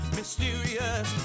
mysterious